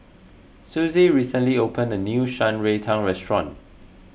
Susie recently opened a new Shan Rui Tang Restaurant